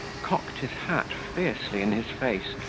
cocked his hat fiercely in his face,